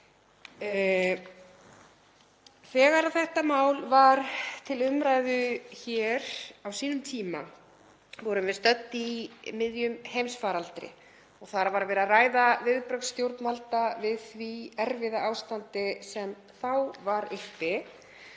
Þegar þetta mál var til umræðu hér á sínum tíma vorum við stödd í miðjum heimsfaraldri og þar var verið að ræða viðbrögð stjórnvalda við því erfiða ástandi sem þá var uppi